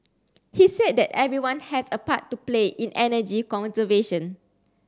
he said that everyone has a part to play in energy conservation